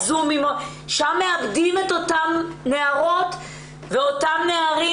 שם אנחנו מאבדים את אותן נערות ואת אותם נערים.